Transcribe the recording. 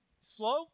slow